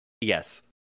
Yes